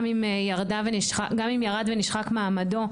גם אם ירד ונשחק מעמדו,